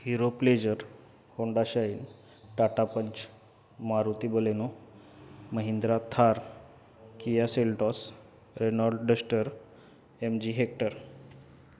hero Pleasure Honda Shine Tata Punch Maruti Baleno Mahindra Thar Kia Seltos Renault Duster M G hectare